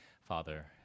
Father